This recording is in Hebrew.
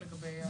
כן,